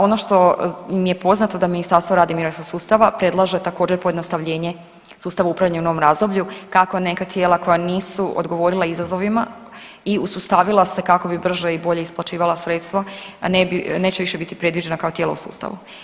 Ono što mi je poznato, da Ministarstvo rada i mirovinskog sustava predlaže također, pojednostavljenje sustava upravljanja u novom razdoblju, kako neka tijela koja nisu odgovorila izazovima i usustavila se kako bi brže i bolje isplaćivala sredstva, a neće više biti predviđena kao tijela u sustavu.